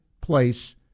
place